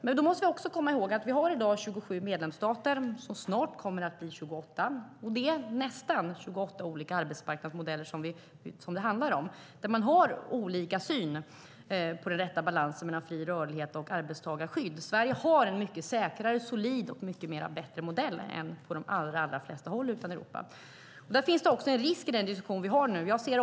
Samtidigt måste vi komma ihåg att vi i dag har 27 medlemsstater, snart 28, och då finns det också nästan 28 olika arbetsmarknadsmodeller. Man har olika syn på den rätta balansen mellan fri rörlighet och arbetstagarskydd. I Sverige har vi en mycket säkrare, solidare och bättre modell än på de allra flesta håll i Europa. Det finns också en risk i den diskussion vi nu för.